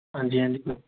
ਹਾਂਜੀ ਹਾਂਜੀ